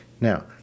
Now